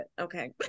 Okay